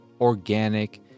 organic